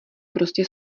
prostě